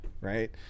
right